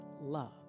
love